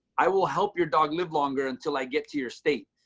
i will help your dog live longer until i get to your state.